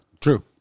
True